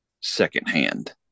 secondhand